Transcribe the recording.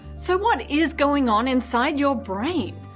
so what is going on inside your brain?